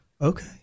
okay